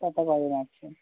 তাতে পাৰি আচ্ছা